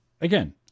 Again